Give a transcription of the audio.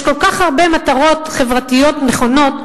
יש כל כך הרבה מטרות חברתיות נכונות.